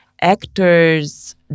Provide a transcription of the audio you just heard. Actors